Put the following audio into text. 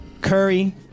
curry